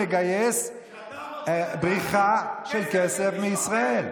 מגייס בריחה של כסף מישראל.